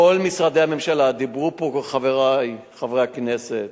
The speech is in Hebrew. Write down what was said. כל משרדי הממשלה, דיברו פה חברי חברי הכנסת,